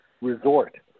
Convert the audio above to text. resort